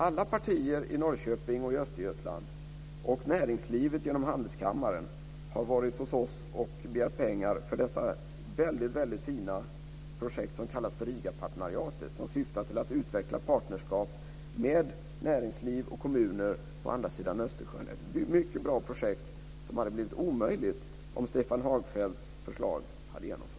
Alla partier i Norrköping och Östergötland, och näringslivet genom handelskammaren, har varit hos oss och begärt pengar för det väldigt fina projekt som kallas för Rigapartenariatet, som syftar till att utveckla partnerskap med näringsliv och kommuner på andra sidan Östersjön - ett mycket bra projekt som hade blivit omöjligt om Stefan Hagfeldts förslag hade genomförts.